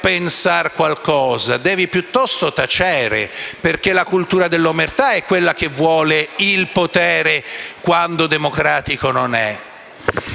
pensare qualcosa. Devi piuttosto tacere, perché la cultura dell'omertà è quella che vuole il potere quando democratico non è.